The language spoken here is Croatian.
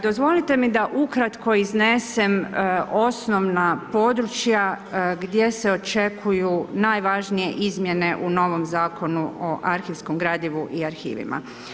Dozvolite mi da ukratko iznesem osnovna područja gdje se očekuju najvažnije izmjene u novom Zakonu o arhivskom gradivu i arhivima.